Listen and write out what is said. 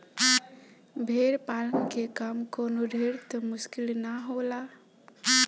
भेड़ पालन के काम कवनो ढेर त मुश्किल ना होला